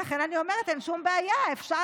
אבל גם מנסור עבאס אמר שישראל היא מדינת היהודים.